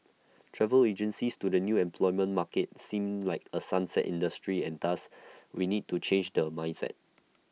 travel agencies to the new employment market seem like A 'sunset' industry and thus we need to change their mindset